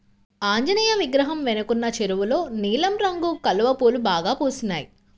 ఆంజనేయ విగ్రహం వెనకున్న చెరువులో నీలం రంగు కలువ పూలు బాగా పూసినియ్